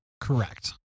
Correct